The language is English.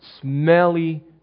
smelly